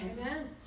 Amen